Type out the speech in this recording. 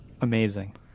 Amazing